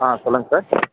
சொல்லுங்க சார்